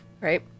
Right